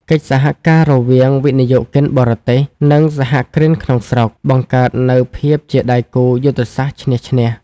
កិច្ចសហការរវាងវិនិយោគិនបរទេស និងសហគ្រិនក្នុងស្រុក បង្កើតនូវភាពជាដៃគូយុទ្ធសាស្ត្រឈ្នះ-ឈ្នះ។